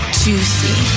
juicy